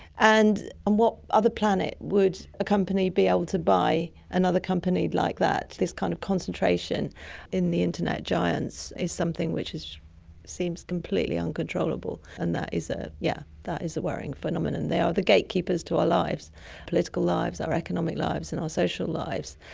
and on what other planet would a company be able to buy another company like that? this kind of concentration in the internet giants is something which seems completely uncontrollable, and that is ah yeah that is a worrying phenomenon. they are the gatekeepers to our political lives, our economic lives and our social lives.